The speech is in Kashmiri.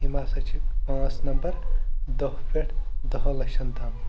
یِم ہَسا چھِ پانٛژھ نمبر دٔہ پٮ۪ٹھ دَہن لَچھَن تام